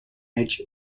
edge